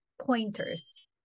pointers